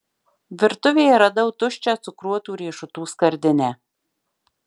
virtuvėje radau tuščią cukruotų riešutų skardinę